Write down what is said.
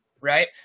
Right